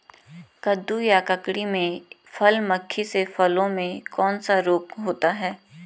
कद्दू या ककड़ी में फल मक्खी से फलों में कौन सा रोग होता है?